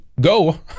go